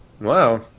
Wow